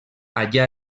allà